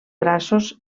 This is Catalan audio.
braços